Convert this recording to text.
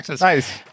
Nice